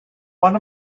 one